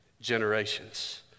generations